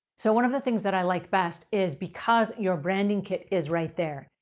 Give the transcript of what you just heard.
so one of the things that i like best is because your branding kit is right there,